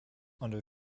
under